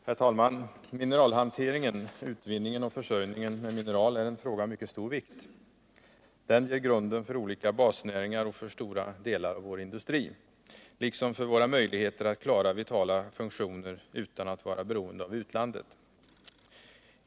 Herr talman! Mineralhanteringen — utvinningen och försörjningen med mineral — är en fråga av mycket stor vikt. Den ger grunden för olika basnäringar och för stora delar av vår industri liksom för våra möjligheter att klara vitala funktioner utan att vara beroende av utlandet.